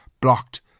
blocked